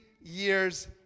years